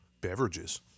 beverages